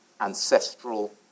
ancestral